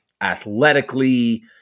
athletically